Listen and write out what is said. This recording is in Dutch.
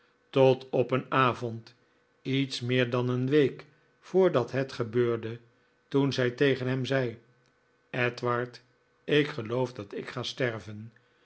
tot op een avond iets meer dan een week voordat het gebeurde toen zij tegen hem zei edward ik geloof dat ik ga sterven